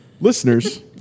Listeners